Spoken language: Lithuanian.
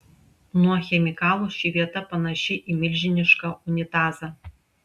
nuo chemikalų ši vieta panaši į milžinišką unitazą